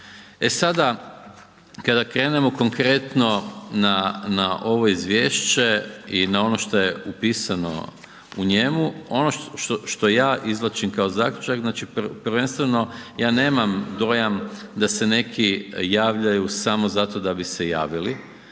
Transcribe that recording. A sada kada krenemo konkretno na ovo izvješće i na ono što je upisano u njemu, ono što ja izvlačim kao zaključak znači prvenstveno ja nemam dojam da se neki javljaju samo zato da bi se javili